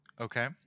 Okay